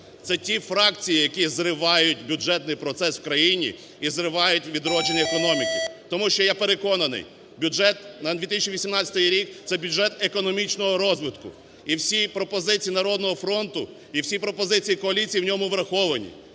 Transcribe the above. Це ті фракції, які зривають бюджетний процес в країні і зривають відродження економіки. Тому що, я переконаний, бюджет на 2018 рік – це бюджет економічного розвитку. І всі пропозиції "Народного фронту", і всі пропозиції коаліції в ньому враховані.